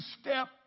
step